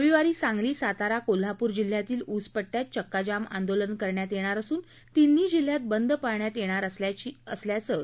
रविवारी सांगली सातारा कोल्हापूर जिल्ह्यातील ऊस प ्वात चक्का जाम आंदोलन करण्यात येणार असून तिन्ही जिल्ह्यात बंद पाळण्यात येणार असल्याचेही खा